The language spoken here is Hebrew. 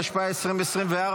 התשפ"ה 2024,